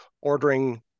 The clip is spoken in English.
ordering